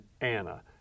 Anna